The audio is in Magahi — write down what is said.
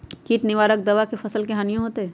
किट निवारक दावा से फसल के हानियों होतै?